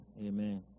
amen